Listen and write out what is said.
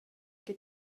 che